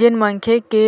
जेन मनखे के